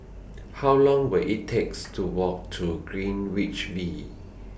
How Long Will IT takes to Walk to Greenwich V